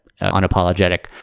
unapologetic